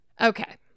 Okay